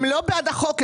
הם לא בעד החוק.